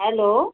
hello